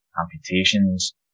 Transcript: amputations